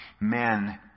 men